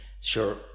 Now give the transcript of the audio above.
sure